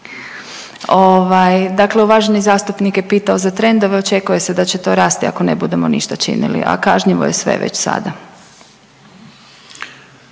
Dakle, uvaženi zastupnik je pitao za trendove očekuje se da će to rasti ako ne budemo ništa činili, a kažnjivo je sve već sada.